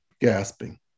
gasping